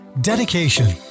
dedication